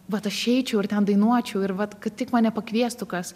vat aš eičiau ir ten dainuočiau ir vat kad tik mane pakviestų kas